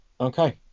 okay